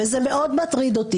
וזה מאוד מטריד אותי.